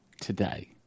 today